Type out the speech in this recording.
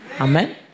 amen